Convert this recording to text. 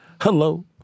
Hello